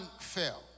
fell